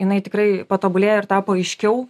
jinai tikrai patobulėjo ir tapo aiškiau